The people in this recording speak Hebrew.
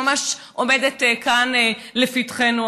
שממש עומדת כאן לפתחנו,